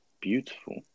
beautiful